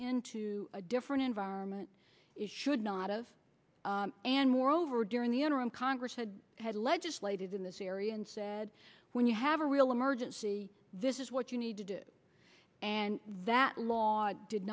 into a different environment it should not of and moreover during the interim congress had had legislated in this area and said when you have a real emergency this is what you need to do and that law did